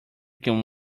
can